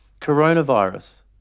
coronavirus